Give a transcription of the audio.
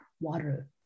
water